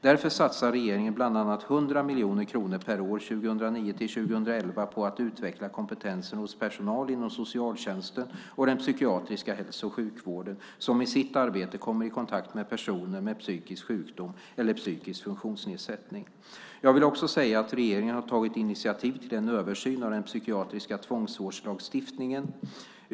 Därför satsar regeringen bland annat 100 miljoner kronor per år 2009-2011 på att utveckla kompetensen hos personal inom socialtjänsten och den psykiatriska hälso och sjukvården, som i sitt arbete kommer i kontakt med personer med psykisk sjukdom eller psykisk funktionsnedsättning. Jag vill också säga att regeringen har tagit initiativ till en översyn av den psykiatriska tvångsvårdslagstiftningen .